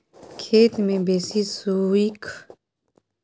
खेत मे बेसी सुइख गेला सॅ कोनो खराबीयो होयत अछि?